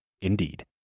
Indeed